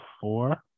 four